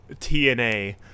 TNA